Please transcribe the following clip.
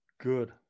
good